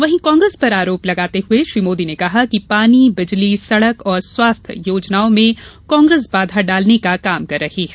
वहीं कांग्रेस पर आरोप लगाते हुए श्री मोदी ने कहा कि पानी बिजली सड़क और स्वास्थ्य योजनाओं में कांग्रेस बाधा डालने का काम कर रही है